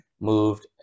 moved